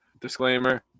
Disclaimer